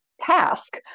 task